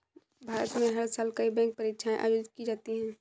भारत में हर साल कई बैंक परीक्षाएं आयोजित की जाती हैं